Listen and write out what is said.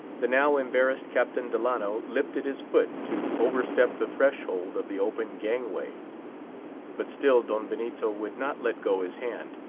the now embarrassed captain delano lifted his foot, to overstep the threshold of the open gangway but still don benito would not let go his hand.